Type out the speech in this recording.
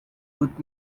would